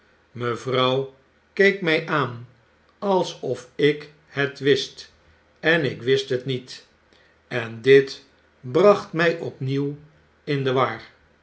mevrouw keek my aan alsof ik het wist en ik wist het niet en dit bracht my opnieuw in de war